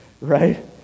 right